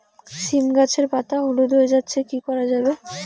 সীম গাছের পাতা হলুদ হয়ে যাচ্ছে কি করা যাবে?